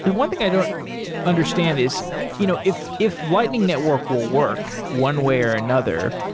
and one thing i don't understand is you know if if lightning network will work one way or another,